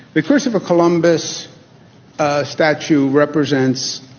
the christopher columbus statue represents,